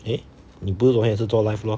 eh 你不是昨天也是做 live lor